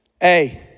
hey